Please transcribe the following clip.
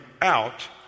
out